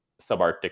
subarctic